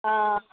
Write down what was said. ಹಾಂ ಹಾಂ